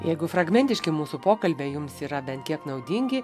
jeigu fragmentiški mūsų pokalbiai jums yra bent kiek naudingi